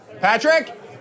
Patrick